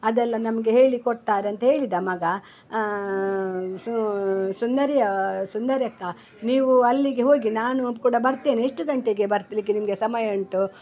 ಅದೆಲ್ಲ ನಮಗೆ ಹೇಳಿಕೊಡ್ತಾರೆ ಅಂತ ಹೇಳಿದ ಮಗ ಸು ಸುಂದರಿಯ ಸುಂದರಿ ಅಕ್ಕ ನೀವು ಅಲ್ಲಿಗೆ ಹೋಗಿ ನಾನೂ ಕೂಡ ಬರ್ತೇನೆ ಎಷ್ಟು ಗಂಟೆಗೆ ಬರ್ಲಿಕ್ಕೆ ನಿಮಗೆ ಸಮಯ ಉಂಟು